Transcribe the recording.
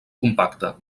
compacte